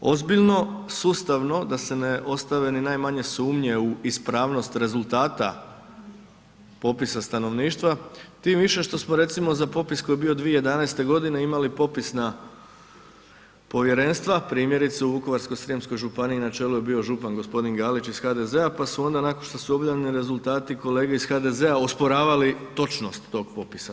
ozbiljno, sustavno da se ne ostave ni najmanje sumnje u ispravnost rezultata popisa stanovništva, tim više što smo recimo, za popis koji je bio 2011. g. imali popisna povjerenstva, primjerice, u Vukovarsko-srijemskoj županiji je bio župan g. Galić iz HDZ-a pa su onda nakon što su objavljeni rezultati kolege iz HDZ-a osporavali točnost tog popisa.